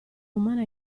umana